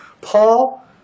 Paul